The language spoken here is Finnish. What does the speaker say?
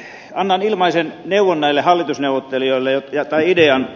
mutta annan ilmaisen idean näille hallitusneuvottelijoille